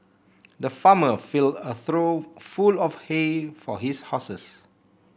the farmer filled a trough full of hay for his horses